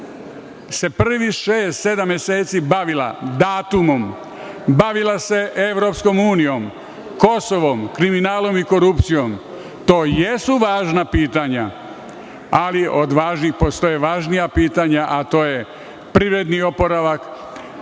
se prvih 6-7 meseci bavila datumom, bavila se EU, Kosovom, kriminalom i korupcijom. To jesu važna pitanja, ali od važnih postoje i važnija pitanja, a to je privredni oporavak,